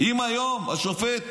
אם היום השופט